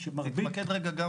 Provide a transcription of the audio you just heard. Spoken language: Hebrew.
תתמקד רגע גם